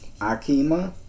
Akima